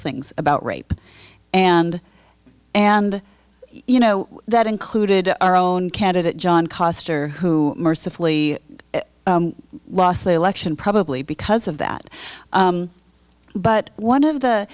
things about rape and and you know that included our own candidate john koster who mercifully lost the election probably because of that but one of the